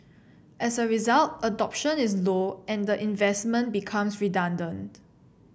as a result adoption is low and the investment becomes redundant